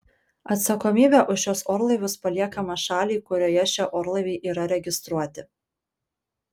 atsakomybė už šiuos orlaivius paliekama šaliai kurioje šie orlaiviai yra registruoti